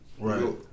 Right